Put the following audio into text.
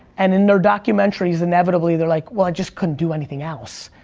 and in their documentaries inevitably they're like, well i just couldn't do anything else.